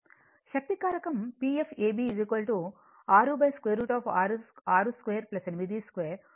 శక్తి కారకం PFab 6 √ 6 2 8 2 ఇది 0